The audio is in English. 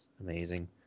amazing